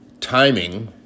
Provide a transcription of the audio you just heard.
timing